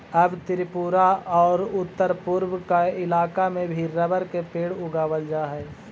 अब त्रिपुरा औउर उत्तरपूर्व के इलाका में भी रबर के पेड़ उगावल जा हई